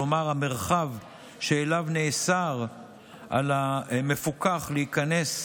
כלומר המרחב שאליו נאסר על המפוקח להיכנס,